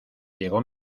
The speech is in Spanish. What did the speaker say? llego